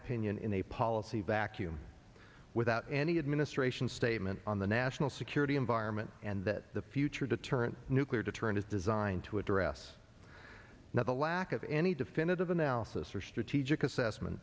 opinion in a policy vacuum without any administration statement on the national security environment and that the future deterrent nuclear deterrent is designed to address now the lack of any definitive analysis or strategic assessment